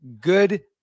good